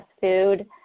food